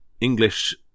English